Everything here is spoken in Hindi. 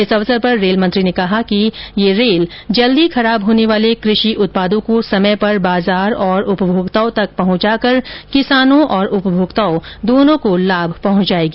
इस अवसर पर रेल मंत्री ने कहा कि यह रेल जल्दी खराब होने वाले कृषि उत्पादों को समय पर बाजार और उपभोक्ताओं तक पहुंचाकर किसानों और उपभोक्ता दोनों को लाभ पहुंचाएगी